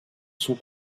son